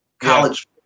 college